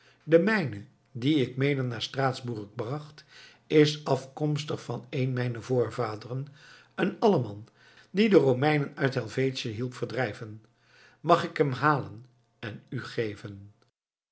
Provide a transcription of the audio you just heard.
de mijne dien ik mede naar straatsburg bracht is afkomstig van een mijn voorvaderen een alleman die de romeinen uit helvetië hielp verdrijven mag ik hem halen en u geven